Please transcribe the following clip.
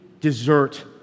desert